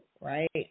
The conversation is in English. right